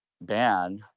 ban